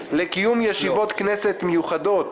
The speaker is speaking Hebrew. לקיום ישיבת כנסת מיוחדת